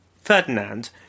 Ferdinand